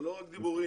רק דיבורים.